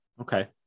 okay